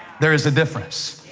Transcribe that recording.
there is a difference.